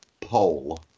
pole